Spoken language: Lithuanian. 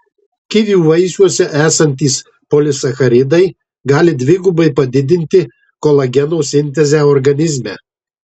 kivių vaisiuose esantys polisacharidai gali dvigubai padidinti kolageno sintezę organizme